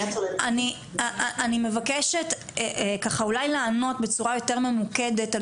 אני מבקשת ככה אולי לענות בצורה יותר ממוקדת על